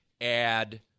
add